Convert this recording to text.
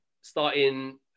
starting